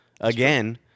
again